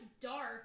dark